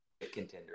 contender